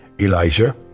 Elijah